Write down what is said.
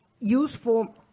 useful